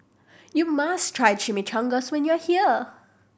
you must try Chimichangas when you are here